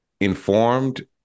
informed